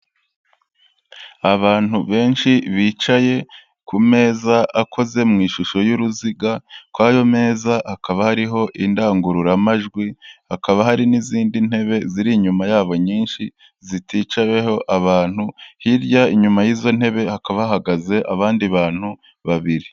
Abantu benshi bicaye ku meza akoze mu ishusho y'uruziga, kuri ayo meza hakaba hariho indangururamajwi, hakaba hari n'izindi ntebe ziri inyuma yabo nyinshi ziticayeho abantu, hirya inyuma y'izo ntebe hakaba hahagaze abandi bantu babiri.